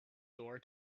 door